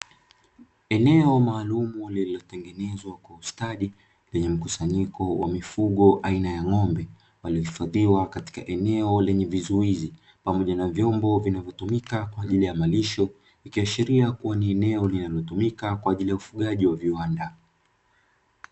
Eneo maalumu lililotengenezwa kwa ustadi, lenye mkusanyiko wa mifugo aina ya ngombe waliohifadhiwa katika eneo lenye vizuizi pamoja na vyombo vinavyotumika kwa ajili ya malisho, ikiashiria kuwa ni eneo linalotumika kwa ajili ya ufugaji wa viwanda.